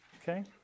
Okay